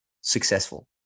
successful